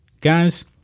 Guys